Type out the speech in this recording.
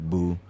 Boo